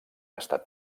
estat